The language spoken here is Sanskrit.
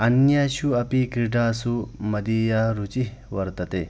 अन्येषु अपि क्रीडासु मदीया रुचिः वर्तते